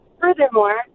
furthermore